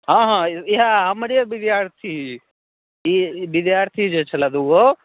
हॅं हॅं इएह हमरे विद्यार्थी ई विद्यार्थी जे छलै दूगो